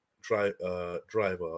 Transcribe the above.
driver